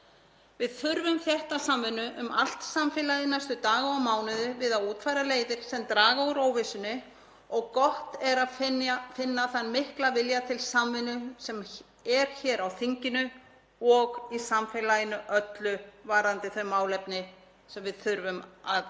Við þurfum þétta samvinnu um allt samfélagið næstu daga og mánuði við að útfæra leiðir sem draga úr óvissunni og gott er að finna þann mikla vilja til samvinnu sem er hér á þinginu og í samfélaginu öllu varðandi þau málefni sem við þurfum að